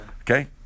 Okay